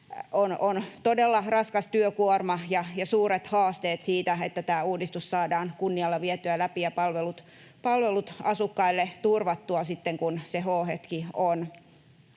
on todella raskas työkuorma ja suuret haasteet siinä, että tämä uudistus saadaan kunnialla vietyä läpi ja palvelut asukkaille turvattua sitten kun se h-hetki on.